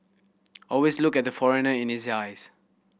always look at the foreigner in his eyes